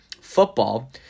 football